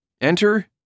Enter